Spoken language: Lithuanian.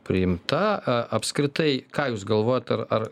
priimta a apskritai ką jūs galvojot ar ar